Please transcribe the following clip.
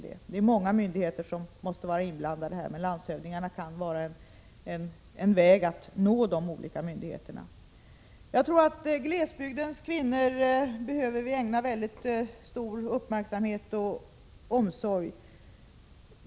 Det är många myndigheter som måste vara inblandade, men landshövdingarna kan vara en väg att nå dessa olika myndigheter. Glesbygdens kvinnor behöver ägnas mycket stor uppmärksamhet och omsorg.